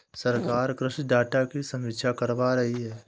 सरकार कृषि डाटा की समीक्षा करवा रही है